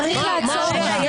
שמחה,